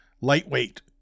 Lightweight